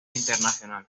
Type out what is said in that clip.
internacional